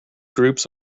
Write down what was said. groups